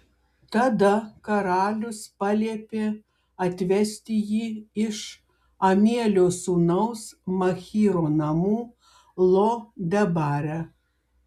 tada karalius paliepė atvesti jį iš amielio sūnaus machyro namų lo debare